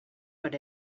what